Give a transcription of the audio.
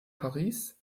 paris